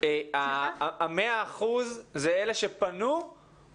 ה-100% הם אלה שפנו?